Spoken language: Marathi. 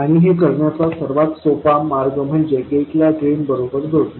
आणि हे करण्याचा सर्वात सोपा मार्ग म्हणजे गेटला ड्रेन बरोबर जोडणे